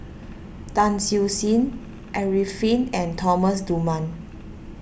Tan Siew Sin Arifin and Thomas Dunman